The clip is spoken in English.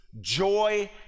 joy